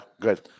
good